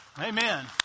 Amen